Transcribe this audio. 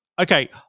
okay